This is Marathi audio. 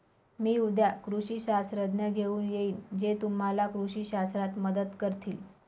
मी उद्या कृषी शास्त्रज्ञ घेऊन येईन जे तुम्हाला कृषी शास्त्रात मदत करतील